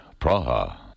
Praha